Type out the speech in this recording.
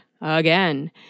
Again